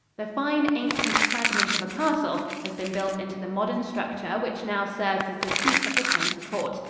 the fine, ancient fragment of a castle has been built into the modern structure which now serves as the seat of the county court.